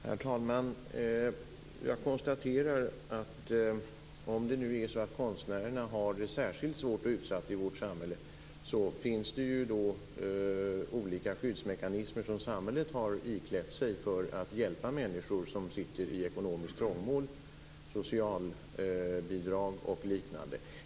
Herr talman! Jag konstaterar att om det nu är så att konstnärerna har det särskilt svårt och utsatt i vårt samhälle, finns det olika skyddsmekanismer som samhället har iklätt sig för att hjälpa människor som sitter i ekonomiskt trångmål - socialbidrag och liknande.